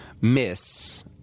Miss